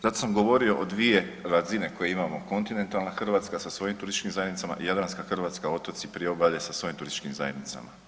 Zato sam govorio o dvije razine koje imamo kontinentalna Hrvatska sa svojim turističkim zajednicama i Jadranska Hrvatska otoci, priobalje sa svojim turističkim zajednicama.